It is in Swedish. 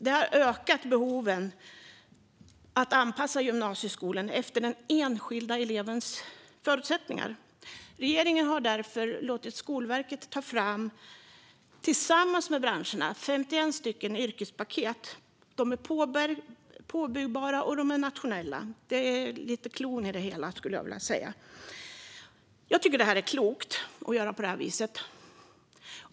Det har ökat behoven av att anpassa gymnasieskolan till den enskilda elevens förutsättningar. Regeringen har därför låtit Skolverket, tillsammans med branscherna, ta fram 51 yrkespaket. De är påbyggbara, och de är nationella. Det är lite av cloun i det hela, skulle jag vilja säga. Jag tycker att det är klokt att göra på det viset.